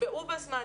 תקבעו בזמן,